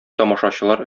тамашачылар